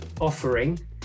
offering